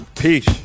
Peace